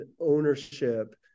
ownership